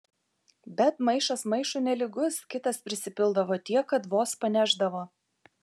bet maišas maišui nelygus kitas prisipildavo tiek kad vos panešdavo